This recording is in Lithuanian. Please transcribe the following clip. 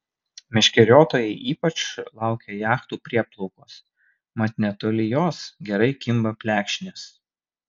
meškeriotojai ypač laukia jachtų prieplaukos mat netoli jos gerai kimba plekšnės